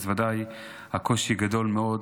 אז ודאי הקושי גדול מאוד,